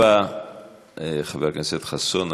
תודה רבה, חבר הכנסת חסון.